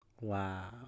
Wow